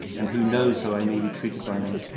and who knows how i may be treated by them?